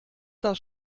das